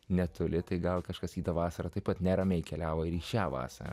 netoli tai gal kažkas į tą vasarą taip pat neramiai keliavo ir į šią vasarą